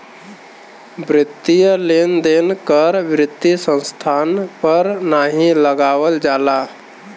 वित्तीय लेन देन कर वित्तीय संस्थान पर नाहीं लगावल जाला